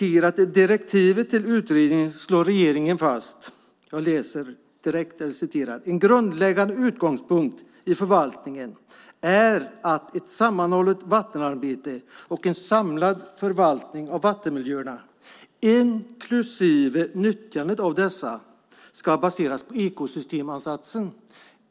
I direktivet till utredningen slår regeringen fast att en grundläggande utgångspunkt i förvaltningen är att ett sammanhållet vattenarbete och en samlad förvaltning av vattenmiljöerna, inklusive nyttjandet av dessa, ska baseras på ekosystemansatsen.